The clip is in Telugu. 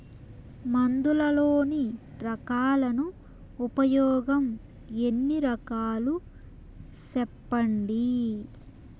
మందులలోని రకాలను ఉపయోగం ఎన్ని రకాలు? సెప్పండి?